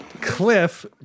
Cliff